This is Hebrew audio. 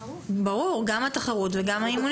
ברור, גם על תחרות וגם באימונים.